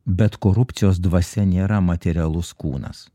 bet korupcijos dvasia nėra materialus kūnas